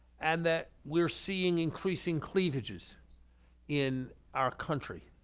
and that we're seeing increasing cleavages in our country.